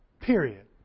Period